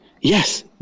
Yes